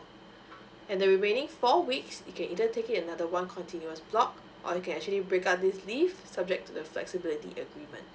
and the remaining four weeks you can either take it in another one continuous block or you can actually breakdown these leave subject to the flexibility agreement